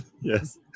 yes